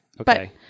Okay